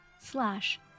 slash